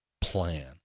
plan